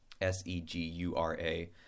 S-E-G-U-R-A